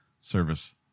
service